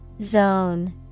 Zone